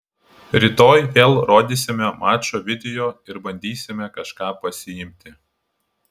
rytoj vėl rodysime mačo video ir bandysime kažką pasiimti